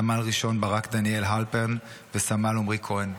סמל ראשון ברק דניאל הלפרן וסמל עמרי כהן.